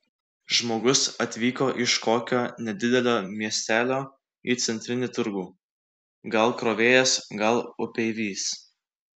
žmogus atvyko iš kokio nedidelio miestelio į centrinį turgų gal krovėjas gal upeivis